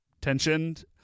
tensioned